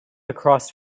across